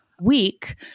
week